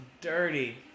Dirty